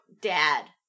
dad